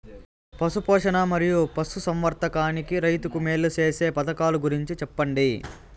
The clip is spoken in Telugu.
పశు పోషణ మరియు పశు సంవర్థకానికి రైతుకు మేలు సేసే పథకాలు గురించి చెప్పండి?